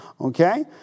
okay